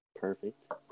perfect